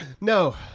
No